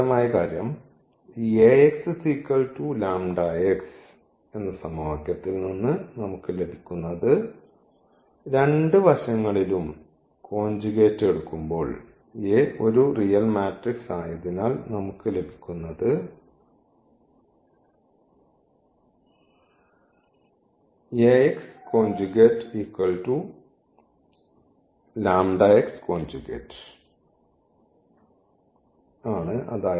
രസകരമായ കാര്യം ഈ ൽ നിന്ന് നമുക്ക് ലഭിക്കുന്നത് രണ്ട് വശങ്ങളിലും കോഞ്ചുഗേറ്റ് എടുക്കുമ്പോൾ A ഒരു റിയൽ മാട്രിക്സ് ആയതിനാൽ നമുക്ക് ലഭിക്കുന്നത് ആണ്